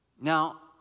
Now